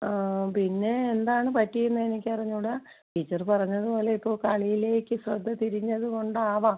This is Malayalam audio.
ആ പിന്നെ എന്താണ് പറ്റിയതെന്ന് എനിക്ക് അറിഞ്ഞൂടാ ടീച്ചറ് പറഞ്ഞത് പോലെ ഇപ്പോൾ കളിയിലേക്ക് ശ്രദ്ധ തിരിഞ്ഞത് കൊണ്ടാവാം